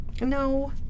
No